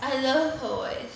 I love her voice